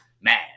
mad